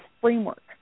framework